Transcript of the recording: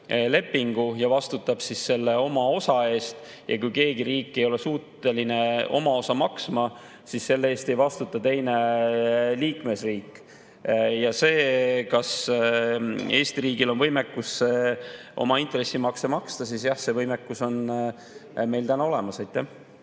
lepingu ja vastutab oma osa eest. Kui keegi riik ei ole suuteline oma osa maksma, siis selle eest ei vastuta teine liikmesriik. [Vastus küsimusele], kas Eesti riigil on võimekus oma intressimakse maksta, on jah – see võimekus on meil olemas.